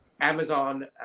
Amazon